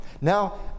Now